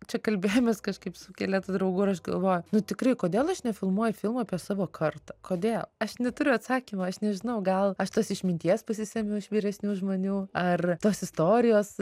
čia kalbėjomės kažkaip su keletu draugų ir aš galvoju nu tikrai kodėl aš nefilmuoju filmų apie savo kartą kodėl aš neturiu atsakymo aš nežinau gal aš tos išminties pasisemiu iš vyresnių žmonių ar tos istorijos